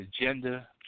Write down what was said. agenda